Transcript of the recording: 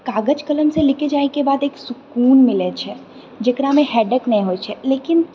कागज कलमसँ लिखए जाएके बाद एक सुकून मिलैत छै जेकरामे हैडेक नहि होइ छै लेकिन